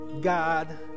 God